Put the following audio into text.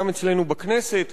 גם אצלנו בכנסת,